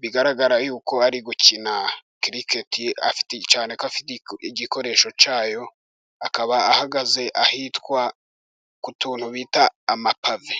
Bigaragara yuko ari gukina kiriketi, cyane afite igikoresho cyayo, akaba ahagaze ku tuntu bita amapave.